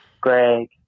Greg